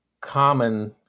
common